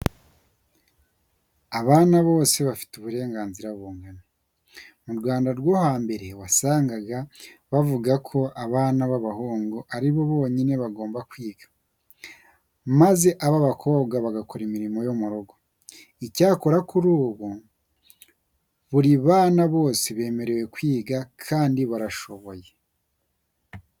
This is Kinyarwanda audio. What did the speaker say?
Abana bose bafite uburenganzira bungana. Mu Rwanda rwo hambere wasangaga baravugaga ko abana b'abahungu ari bo bonyine bagomba kwiga, maze ab'abakobwa bagakora imirimo yo mu rugo. Icyakora kuri ubu buri bana bose bemerewe kwiga kandi barashoboye.